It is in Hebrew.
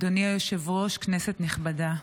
אדוני היושב-ראש, כנסת נכבדה,